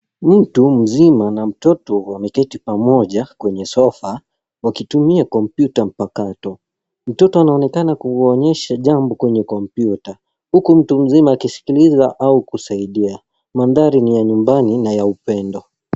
Mtu mzima na mtoto wameketi pamoja kwenye sofa, wakitumia computer mpakato. Mtoto anaonekana kuuonyesha jambo kwenye computer . Huku mtu mzima akiskiliza au kusaidia. Mandhari ni ya nyumbani na ya upendo.